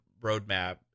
roadmap